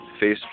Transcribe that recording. Facebook